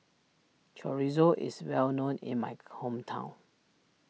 Chorizo is well known in my hometown